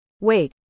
Wait